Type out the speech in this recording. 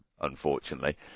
unfortunately